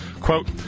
Quote